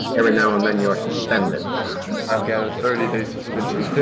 every now and then, you're suspended i've got a thirty day suspension